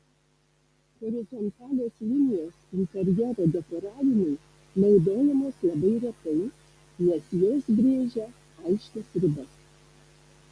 horizontalios linijos interjero dekoravimui naudojamos labai retai nes jos brėžia aiškias ribas